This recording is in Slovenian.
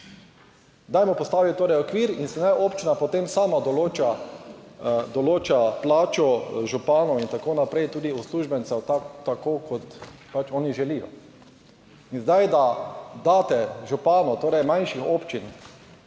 Dajmo postaviti torej okvir in se naj občina potem sama določa plačo županov in tako naprej tudi uslužbencev, tako kot pač oni želijo. In zdaj, da daste županu, torej manjših občin,